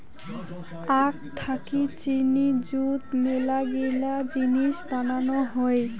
আখ থাকি চিনি যুত মেলাগিলা জিনিস বানানো হই